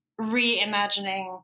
reimagining